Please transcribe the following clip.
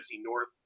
North